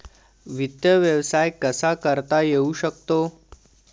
वित्त व्यवसाय कसा करता येऊ शकतो?